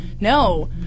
No